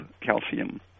calcium